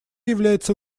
является